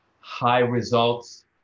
high-results